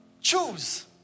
Choose